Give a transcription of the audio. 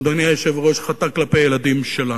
אדוני היושב-ראש, חטא כלפי הילדים שלנו.